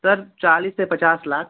sir चालीस से पचास लाख